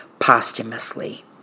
Posthumously